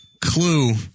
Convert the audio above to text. Clue